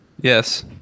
Yes